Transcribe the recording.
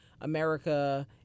America